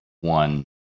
one